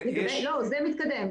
זה מתקדם.